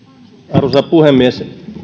arvoisa puhemies